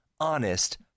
Honest